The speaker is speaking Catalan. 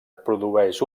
produeix